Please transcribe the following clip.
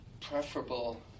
preferable